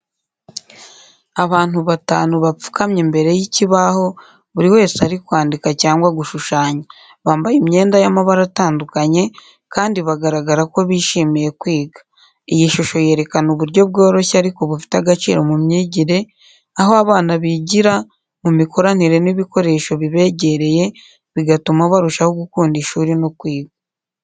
Abana batanu bapfukamye imbere y’ikibaho, buri wese ari kwandika cyangwa gushushanya. Bambaye imyenda y’amabara atandukanye, kandi bagaragara ko bishimiye kwiga. Iyi shusho yerekana uburyo bworoshye ariko bufite agaciro mu myigire, aho abana bigira mu mikoranire n’ibikoresho bibegereye, bigatuma barushaho gukunda ishuri no kwiga.